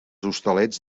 hostalets